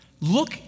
Look